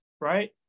right